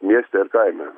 mieste ir kaime